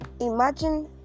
Imagine